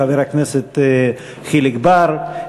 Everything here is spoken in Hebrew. חבר הכנסת חיליק בר,